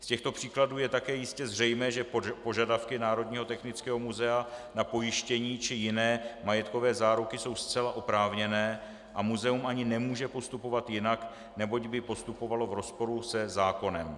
Z těchto příkladů je také jistě zřejmé, že požadavky Národního technického muzea na pojištění či jiné majetkové záruky jsou zcela oprávněné a muzeum ani nemůže postupovat jinak, neboť by postupovalo v rozporu se zákonem.